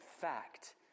fact